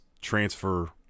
transfer